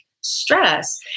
stress